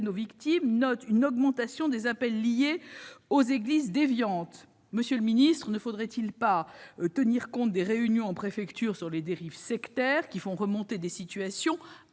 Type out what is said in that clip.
aux victimes notent une augmentation des appels liés à ces églises. Monsieur le ministre, ne faudrait-il pas tenir compte des réunions en préfecture sur les dérives sectaires, qui font remonter des situations